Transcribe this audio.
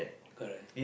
correct